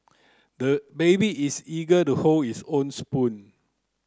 the baby is eager to hold his own spoon